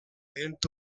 செய்த